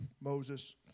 Moses